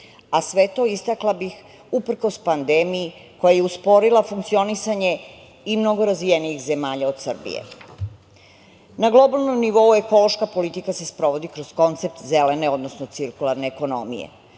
a sve to, istakla bih, uprkos pandemiji koja je usporila funkcionisanje i mnogo razvijenih zemalja od Srbije. Na globalnom nivou ekološka politika se sprovodi kroz koncept zelene odnosno cirkularne ekonomije.